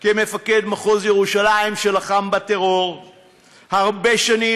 כמפקד מחוז ירושלים שלחם בטרור הרבה שנים,